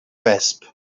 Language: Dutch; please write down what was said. wesp